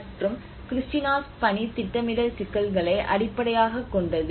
மற்றும் கிறிஸ்டினாஸ் பணி திட்டமிடல் சிக்கல்களை அடிப்படையாகக் கொண்டது